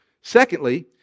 Secondly